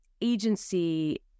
agency